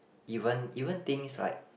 even even things like